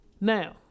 Now